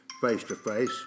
face-to-face